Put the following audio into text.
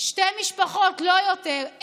שתי משפחות, לא יותר.